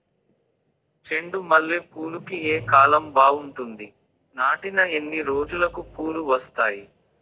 చెండు మల్లె పూలుకి ఏ కాలం బావుంటుంది? నాటిన ఎన్ని రోజులకు పూలు వస్తాయి?